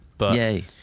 Yay